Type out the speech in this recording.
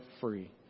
free